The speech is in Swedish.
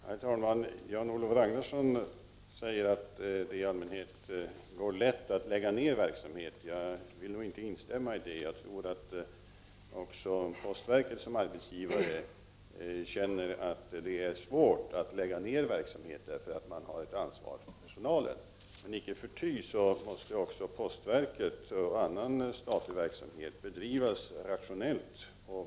Herr talman! Jan-Olof Ragnarsson säger att det i allmänhet är lätt att lägga ner verksamhet. Jag vill nog inte instämma i detta. Jag tror att också postverket som arbetsgivare känner att det är svårt att lägga ner verksamhet, eftersom det har ett ansvar för personalen. Men icke förty måste postverkets verksamhet, liksom annan statlig verksamhet, bedrivas rationellt.